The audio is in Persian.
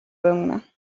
بمونم